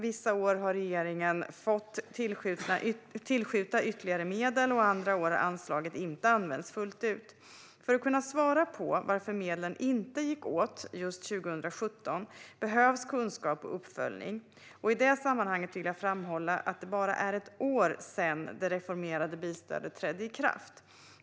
Vissa år har regeringen fått tillskjuta ytterligare medel, och andra år har anslaget inte använts fullt ut. För att kunna svara på varför medlen inte gick åt just 2017 behövs kunskap och uppföljning. I det sammanhanget vill jag framhålla att det endast är ett år sedan det reformerade bilstödet trädde i kraft.